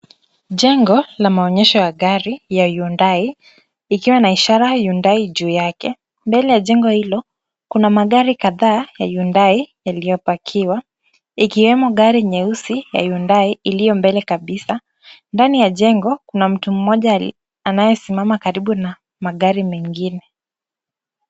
Jengo la maonyesho ya gari ya Hyundai, likiwa na ishara ya Hyundai juu yake. Mbele ya jengo hilo, kuna magari kadhaa ya Hyundai yaliyopakiwa ikiwemo gari nyeusi ya Hyundai iliyo mbele kabisa. Ndani ya jengo, kuna mtu mmoja anayesimama karibu na magari mengine.